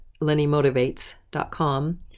lennymotivates.com